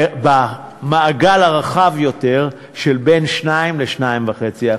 במעגל הרחב היותר של בין 2% ל-2.5%.